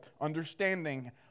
understanding